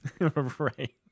Right